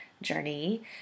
Journey